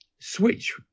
switch